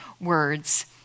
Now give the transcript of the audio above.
words